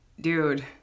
dude